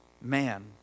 man